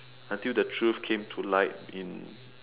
until the truth came to light in